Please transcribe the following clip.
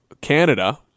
Canada